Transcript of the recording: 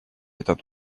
этот